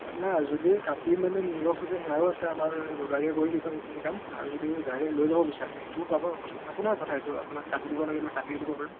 নাই যদি কাটি মেলি নিব খোজে সেইয়াও আছে আমাৰ যোগাৰীয়ে কৰি দিব সেইখিনি কাম আৰু যদি ডাইৰেক্ট লৈ যাব বিচাৰে সেইটোও পাব আপুনি আপোনাৰ কথা সেইটো আপোনাক কাটি দিব লাগিলে কাটিও দিব পাৰিম